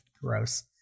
Gross